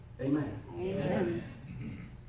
Amen